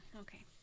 okay